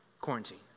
quarantine